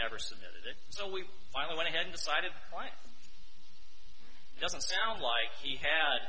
never submitted it so we finally went ahead so i did why doesn't sound like he had